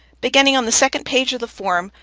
beginning on the second page of the form,